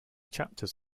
chapters